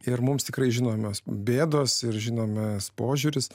ir mums tikrai žinomos bėdos ir žinomas požiūris